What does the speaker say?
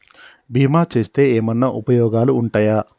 బీమా చేస్తే ఏమన్నా ఉపయోగాలు ఉంటయా?